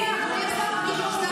אני מסיימת.